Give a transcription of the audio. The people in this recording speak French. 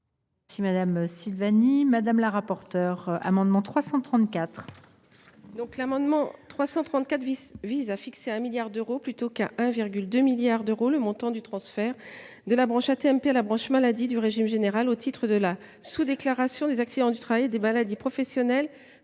pour donner l’avis de la commission sur l’amendement n° 937. Cet amendement vise à fixer à 1 milliard d’euros, plutôt que 1,2 milliard d’euros, le montant du transfert de la branche AT MP à la branche maladie du régime général au titre de la sous déclaration des accidents du travail et des maladies professionnelles